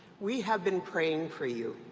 we have been praying for you.